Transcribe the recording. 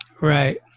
Right